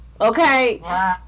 Okay